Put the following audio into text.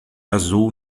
azul